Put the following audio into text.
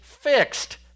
fixed